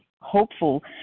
hopeful